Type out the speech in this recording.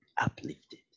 uplifted